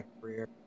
career